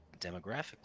demographically